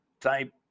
type